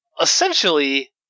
essentially